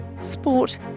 sport